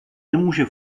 nemůže